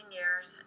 years